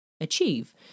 achieve